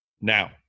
now